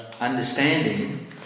understanding